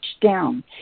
down